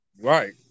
right